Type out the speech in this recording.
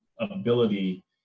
ability